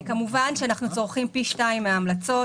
אנחנו צורכים פי שניים מן ההמלצות,